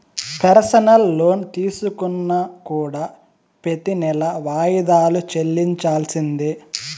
personal loan తీసుకున్నా కూడా ప్రెతి నెలా వాయిదాలు చెల్లించాల్సిందే